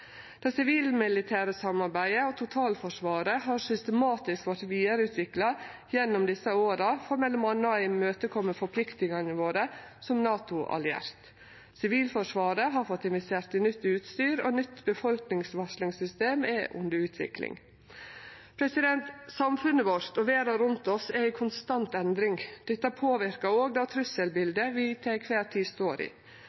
samarbeidet og totalforsvaret har systematisk vorte vidareutvikla gjennom desse åra for m.a. å imøtekome forpliktingane våre som NATO-alliert. Sivilforsvaret har fått investert i nytt utstyr, og nytt befolkningsvarslingssystem er under utvikling. Samfunnet vårt og verda rundt oss er i konstant endring. Dette påverkar òg det